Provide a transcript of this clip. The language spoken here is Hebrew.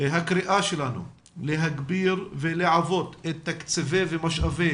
והקריאה שלנו היא להגביר ולעבות את תקציבי ומשאבי